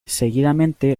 seguidamente